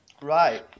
right